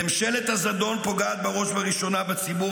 ממשלת הזדון פוגעת בראש ובראשונה בציבור